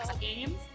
Games